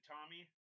Tommy